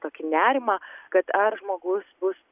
tokį nerimą kad ar žmogus bus